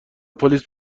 پلیس